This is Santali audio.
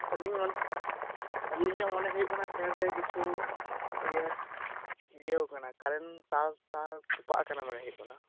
ᱟᱞᱤᱧᱟᱜᱢᱚᱱᱮ ᱟᱞᱤᱧᱟᱜ ᱢᱚᱱᱮ ᱦᱩᱭᱩᱜ ᱠᱟᱱᱟ ᱯᱷᱮᱱ ᱨᱮ ᱠᱤᱪᱷᱩ ᱤᱭᱟᱹ ᱤᱭᱟᱹ ᱟᱠᱟᱴᱟ ᱠᱟᱨᱮᱱ ᱛᱟᱨ ᱛᱟᱨ ᱛᱚᱯᱚᱟᱜ ᱠᱟᱱᱟ ᱢᱚᱱᱮ ᱦᱚᱭᱩᱜ ᱠᱟᱱᱟ